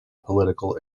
political